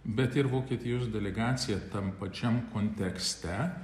bet ir vokietijos delegacija tam pačiam kontekste